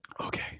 okay